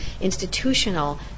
institutional